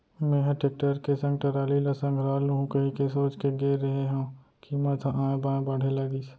मेंहा टेक्टर के संग टराली ल संघरा लुहूं कहिके सोच के गे रेहे हंव कीमत ह ऑय बॉय बाढ़े लगिस